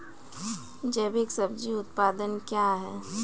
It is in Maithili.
जैविक सब्जी उत्पादन क्या हैं?